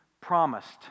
promised